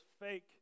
fake